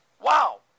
Wow